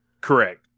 correct